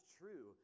true